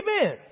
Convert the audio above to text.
Amen